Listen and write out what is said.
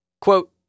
Quote